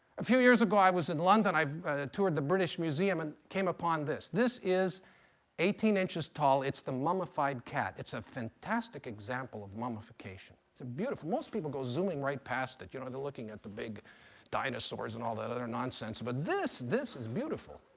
a few years ago i was in london. i toured the british museum and came upon this. this is eighteen inches tall. it's the mummified cat. it's a fantastic example of mummification. it's a beautiful most people go zooming right past it. you know they're looking at the big dinosaurs and all that other nonsense. but ah this, this is beautiful.